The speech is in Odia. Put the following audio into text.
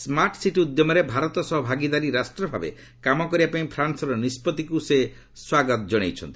ସ୍କାର୍ଟ୍ ସିଟି ଉଦ୍ୟମରେ ଭାରତ ସହ ଭାଗିଦାରୀ ରାଷ୍ଟ୍ର ଭାବେ କାମ କରିବା ପାଇଁ ଫ୍ରାନ୍ବର ନିଷ୍କଭିକୁ ସେ ସ୍ୱାଗତ ଜଣାଇଛନ୍ତି